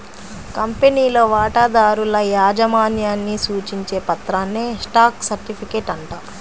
కంపెనీలో వాటాదారుల యాజమాన్యాన్ని సూచించే పత్రాన్నే స్టాక్ సర్టిఫికేట్ అంటారు